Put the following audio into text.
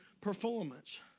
performance